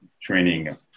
training